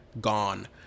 gone